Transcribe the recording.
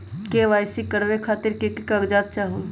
KYC करवे खातीर के के कागजात चाहलु?